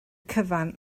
cyfan